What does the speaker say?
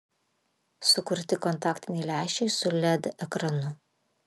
sukurti kontaktiniai lęšiai su led ekranu